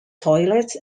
toilets